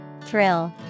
Thrill